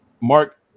Mark